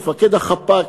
מפקד החפ"ק,